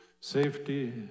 Safety